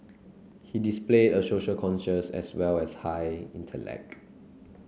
he displayed a social conscience as well as high intellect